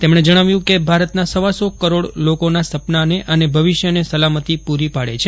તેમણે જજ્ઞાવ્યું કે ભારતના સવાસો કરોડ લોકોનાં સપનાંને અને ભવિષ્યને સલામતી પૂરી પાડે છે